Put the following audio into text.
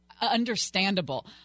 Understandable